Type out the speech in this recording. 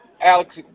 Alex